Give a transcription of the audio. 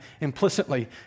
implicitly